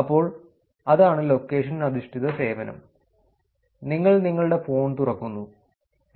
അപ്പോൾ അതാണ് ലൊക്കേഷൻ അധിഷ്ഠിത സേവനം നിങ്ങൾ നിങ്ങളുടെ ഫോൺ തുറക്കുന്നു